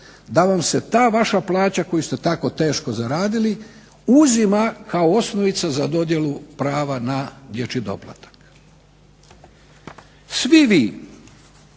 da vam se ta vaša plaća koju ste tako teško zaradili uzima kao osnovica za dodjelu prava na dječji doplatak. Svi vi